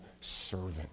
servant